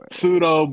Pseudo